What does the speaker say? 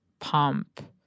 pump